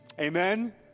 Amen